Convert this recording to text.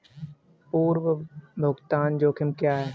पूर्व भुगतान जोखिम क्या हैं?